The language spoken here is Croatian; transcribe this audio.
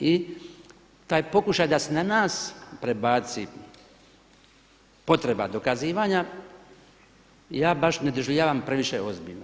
I taj pokušaj da se na nas prebaci potreba dokazivanja ja baš ne doživljavam previše ozbiljno.